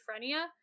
schizophrenia